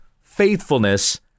faithfulness